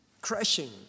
crashing